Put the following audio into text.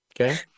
okay